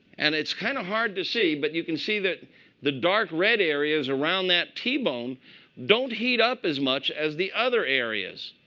and it's kind of hard to see. but you can see that the dark red areas around that t-bone don't heat up as much as the other areas.